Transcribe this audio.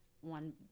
one